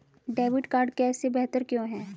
Debit card cash से बेहतर क्यों है?